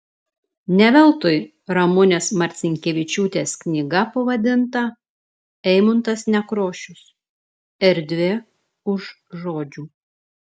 ne veltui ramunės marcinkevičiūtės knyga pavadinta eimuntas nekrošius erdvė už žodžių